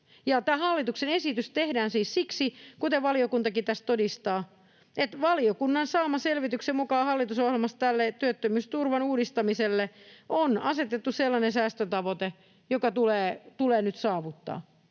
hallituksen esitys tehdään siis siksi, kuten valiokuntakin tässä todistaa, että valiokunnan saaman selvityksen mukaan hallitusohjelmassa tälle työttömyysturvan uudistamiselle on asetettu säästötavoite, joka tulee nyt saavuttaa.